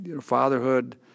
fatherhood